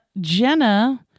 Jenna